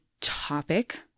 topic